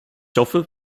hoffe